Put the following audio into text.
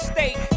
State